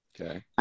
Okay